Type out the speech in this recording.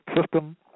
system